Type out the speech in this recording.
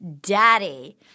daddy